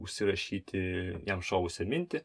užsirašyti jam šovusią mintį